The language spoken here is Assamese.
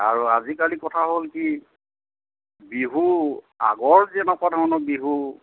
আৰু আজিকালি কথা হ'ল কি বিহু আগৰ যেনেকুৱা ধৰণৰ বিহু